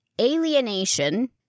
alienation